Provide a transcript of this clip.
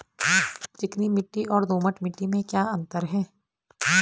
चिकनी मिट्टी और दोमट मिट्टी में क्या क्या अंतर है?